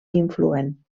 influent